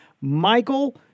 Michael